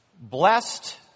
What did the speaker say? Blessed